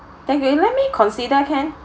thank you let me consider can